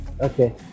Okay